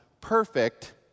perfect